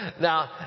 now